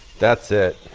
that's it.